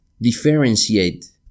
differentiate